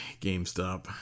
gamestop